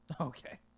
Okay